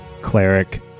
cleric